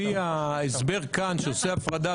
באישור של ועדת